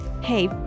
Hey